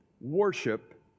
Worship